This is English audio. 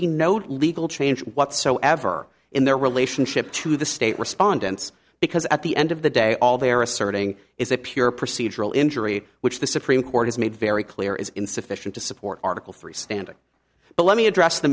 be no legal change whatsoever in their relationship to the state respondents because at the end of the day all they're asserting is a pure procedural injury which the supreme court has made very clear is insufficient to support article three standing but let me address the